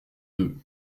deux